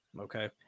Okay